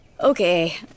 Okay